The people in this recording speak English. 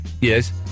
Yes